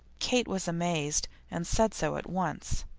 kate was amazed and said so at once.